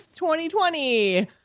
2020